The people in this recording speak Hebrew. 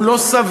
הוא לא סביר,